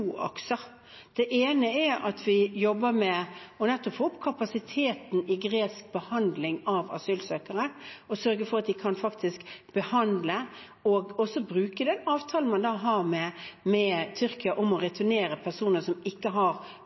akser. Det ene er at vi jobber med å få opp kapasiteten i gresk behandling av asylsøkere og sørge for at de faktisk kan behandle, og også bruke den avtalen man har med Tyrkia om å returnere personer som ikke har